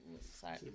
Sorry